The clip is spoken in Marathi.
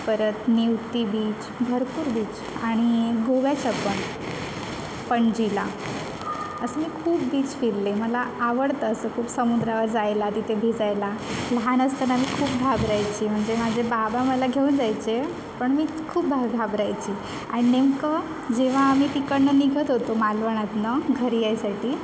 परत निवती बीच भरपूर बीच आणि गोव्याचं पण पणजीला असं मी खूप बीच फिरले मला आवडतं असं खूप समुद्रावर जायला तिथे भिजायला लहान असताना मी खूप घाबरायचे म्हणजे माझे बाबा मला घेऊन जायचे पण मी खूप घाबरायचे आणि नेमकं जेव्हा आम्ही तिकडनं निघत होतो मालवणातनं घरी यायसाठी